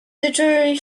literary